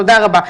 תודה רבה.